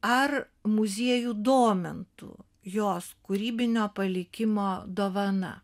ar muziejų domintų jos kūrybinio palikimo dovana